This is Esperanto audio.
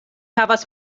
havas